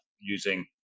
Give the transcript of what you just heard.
using